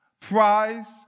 prize